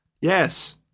yes